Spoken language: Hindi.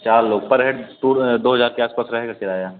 चार लोग पर हेड टूर दो हज़ार के आस पास रहेगा किराया